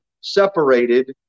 separated